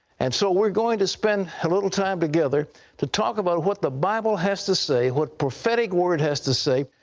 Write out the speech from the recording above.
and so we're going to spend a little time together to talk about what the bible has to say, what prophetic word has to say,